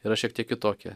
yra šiek tiek kitokia